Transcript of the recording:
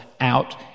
out